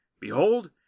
Behold